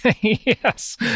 Yes